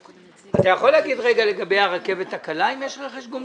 אתה יכול להגיד לגבי הרכבת הקלה אם יש רכש גומלין?